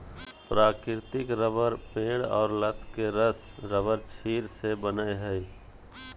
प्राकृतिक रबर पेड़ और लत के रस रबरक्षीर से बनय हइ